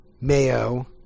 mayo